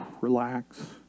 relax